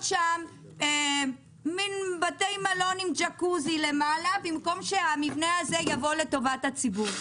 שם בתי מלון עם ג'קוזי למעלה במקום שהמבנה הזה יבוא לטובת הציבור.